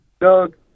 Doug